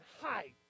hide